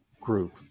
group